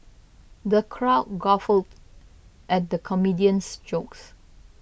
the crowd guffawed at the comedian's jokes